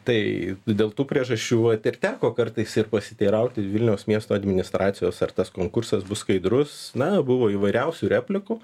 tai dėl tų priežasčių vat ir teko kartais ir pasiteirauti vilniaus miesto administracijos ar tas konkursas bus skaidrus na buvo įvairiausių replikų